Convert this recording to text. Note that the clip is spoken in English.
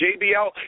JBL